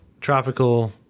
Tropical